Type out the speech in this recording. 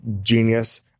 genius